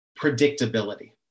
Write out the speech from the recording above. predictability